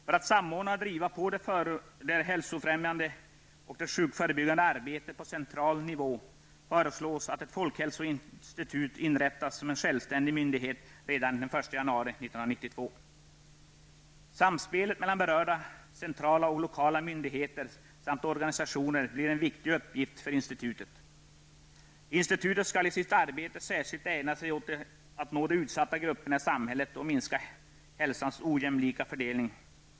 För att samordna och driva på det hälsofrämjande och sjukdomsförebyggande arbetet på central nivå föreslås att ett folkhälsoinstitut inrättas som en självständig myndighet redan den 1 januari 1992. Samspelet mellan berörda centrala och lokala myndigheter samt organisationer blir en viktig uppgift för institutet. Institutet skall i sitt arbete särskilt ägna sig åt att nå de utsatta grupperna i samhället och minska hälsans ojämlika fördelning.